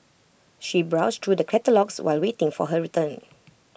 she browsed through the catalogues while waiting for her return